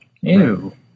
Ew